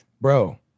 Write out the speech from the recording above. bro